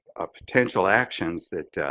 ah potential actions that